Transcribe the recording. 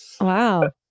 wow